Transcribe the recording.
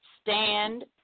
stand